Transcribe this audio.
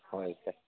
होय का